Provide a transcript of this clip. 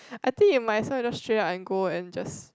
I think you might as well just straight out and go and just